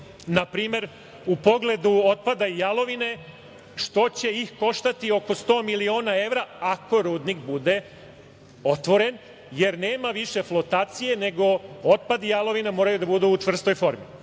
na primer u pogledu otpada i jalovine, što će ih koštati oko 100 miliona evra, ako rudnik bude otvoren, jer nema više flotacije, nego otpad i jalovina moraju da budu u čvrstoj formi.